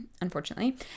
unfortunately